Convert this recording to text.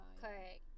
Correct